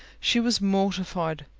she was mortified,